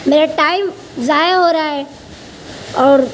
میرا ٹائم ضائع ہو رہا ہے اور